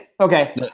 okay